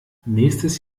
nächstes